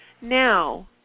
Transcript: Now